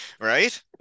Right